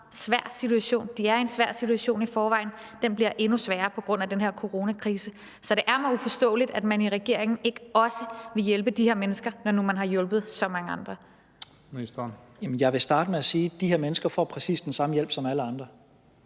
De er i en svær situation i forvejen, og den bliver endnu sværere på grund af den her coronakrise. Så det er mig uforståeligt, at man i regeringen ikke også vil hjælpe de her mennesker, når nu man har hjulpet så mange andre. Kl. 20:08 Den fg. formand (Christian Juhl): Ministeren.